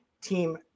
team